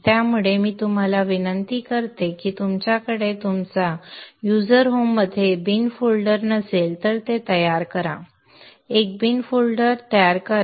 त्यामुळे मी तुम्हाला विनंती करतो की तुमच्याकडे तुमच्या युजर होम मध्ये बिन फोल्डर नसेल तर ते तयार करा एक बिन फोल्डर तयार करा